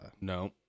No